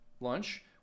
Lunch